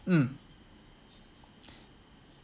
mm